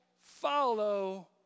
follow